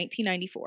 1994